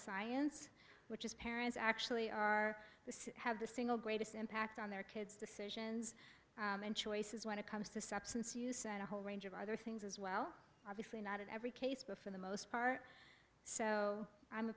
science which is parents actually are have the single greatest impact on their kids decisions and choices when it comes to substance use and a whole range of other things as well obviously not in every case but for the most part so i'm a